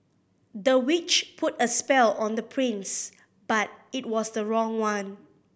the witch put a spell on the prince but it was the wrong one